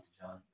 john